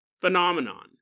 phenomenon